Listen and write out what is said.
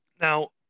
Now –